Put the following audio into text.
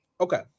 Okay